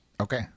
Okay